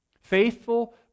Faithful